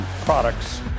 products